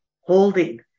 holding